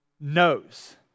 knows